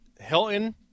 Hilton